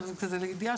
שבין היתר,